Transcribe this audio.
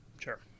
Sure